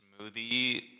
Smoothie